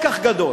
גדול,